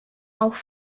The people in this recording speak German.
auch